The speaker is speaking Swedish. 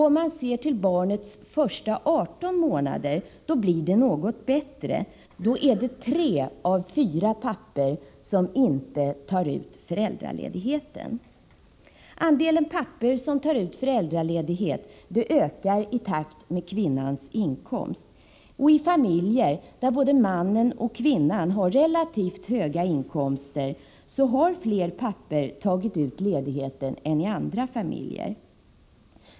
Om man ser till barnets första 18 månader, finner man att det är något bättre — då är det tre av fyra pappor som inte tar ut föräldraledigheten. Andelen pappor som tar ut föräldraledighet ökar i takt med kvinnans inkomst. I familjer där både mannen och kvinnan har relativt höga inkomster, har fler pappor tagit ut ledigheten än i andra familjer.